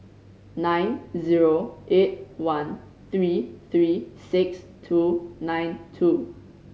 nine zero eight one three three six two nine two